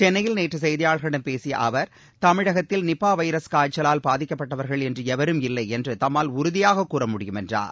சென்னையில் நேற்று செய்தியாளர்களிடம் பேசிய அவர் தமிழகத்தில் நிபா வைரஸ் காய்ச்சவால் பாதிக்கப்பட்டவர்கள் என்று எவரும் இல்லை என்று தம்மால் உறுதியாக கூற முடியும் என்றார்